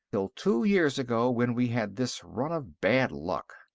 till two years ago, when we had this run of bad luck.